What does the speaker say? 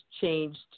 changed